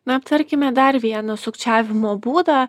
na aptarkime dar vieną sukčiavimo būdą